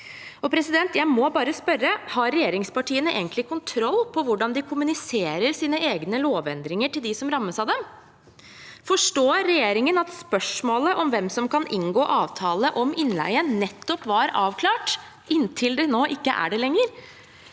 var. Jeg må bare spørre: Har regjeringspartiene egentlig kontroll på hvordan de kommuniserer sine egne lovendringer til dem som rammes av det? Forstår regjeringen at spørsmålet om hvem som kan inngå avtale om innleie, nettopp var avklart inntil det nå ikke er det lenger?